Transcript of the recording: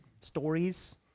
stories